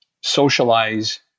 socialize